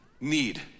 need